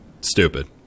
Stupid